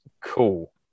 cool